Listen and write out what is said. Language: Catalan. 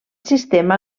sistema